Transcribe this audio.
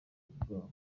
bwabo